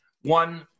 one